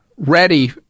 ready